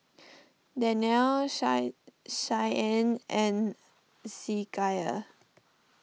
Danyel Shine Shianne and Hezekiah